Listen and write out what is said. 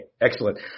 Excellent